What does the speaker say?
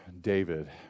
David